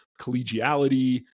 collegiality